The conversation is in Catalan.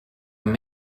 amb